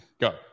Go